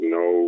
no